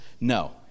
No